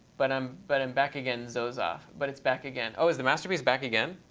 but i'm but and back again, xoxoff. but it's back again oh, is the masterpiece back again?